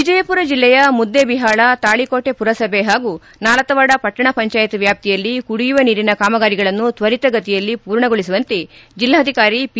ವಿಜಯಪುರ ಜಿಲ್ಲೆಯ ಮುದ್ದೇಬಿಹಾಳ ತಾಳಿಕೋಟೆ ಪುರಸಭೆ ಹಾಗೂ ನಾಲತವಾಡ ಪಟ್ಲಣ ಪಂಚಾಯತ ವ್ಲಾಪ್ತಿಯಲ್ಲಿ ಕುಡಿಯುವ ನೀರಿನ ಕಾಮಗಾರಿಗಳನ್ನು ತ್ವರಿತಗತಿಯಲ್ಲಿ ಪೂರ್ಣಗೊಳಿಸುವಂತೆ ಜಿಲ್ಲಾಧಿಕಾರಿ ಪಿ